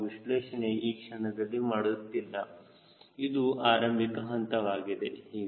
ನಾವು ಸಂಶ್ಲೇಷಣೆ ಈ ಕ್ಷಣದಲ್ಲಿ ಮಾಡುತ್ತಿಲ್ಲ ಇದು ಆರಂಭಿಕ ಹಂತವಾಗಿದೆ